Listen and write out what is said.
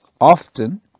often